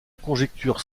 conjecture